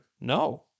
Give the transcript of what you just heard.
No